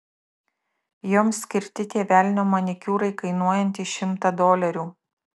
joms skirti tie velnio manikiūrai kainuojantys šimtą dolerių